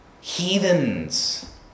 heathens